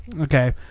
Okay